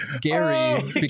Gary